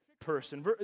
person